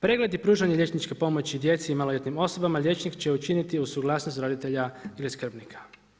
Pregled i pružanje liječničke pomoći djeci i maloljetnim osobama liječnik će učiniti uz suglasnost roditelja ili skrbnika.